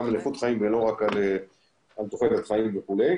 על איכות חיים ולא רק על תוחלת חיים וכולי.